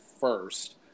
first